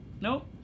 Nope